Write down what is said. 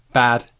bad